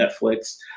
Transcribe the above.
Netflix